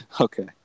okay